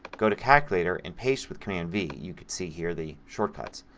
go to calculator and paste with command v. you can see here the shortcuts.